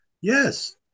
Yes